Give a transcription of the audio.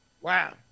Wow